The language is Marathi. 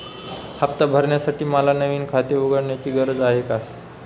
हफ्ता भरण्यासाठी मला नवीन खाते उघडण्याची गरज आहे का?